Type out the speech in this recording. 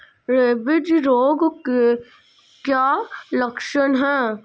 Rabies रोग के क्या लक्षण है?